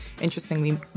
interestingly